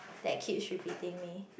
that keeps repeating me